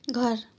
घर